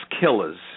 killers